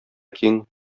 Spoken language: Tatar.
киң